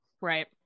Right